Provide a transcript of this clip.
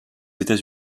états